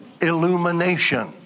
illumination